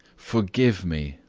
forgive me!